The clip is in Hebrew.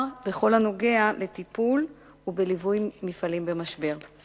בכל הנוגע לטיפול במפעלים במשבר ולליווי שלהם.